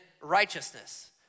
righteousness